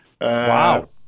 Wow